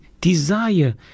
desire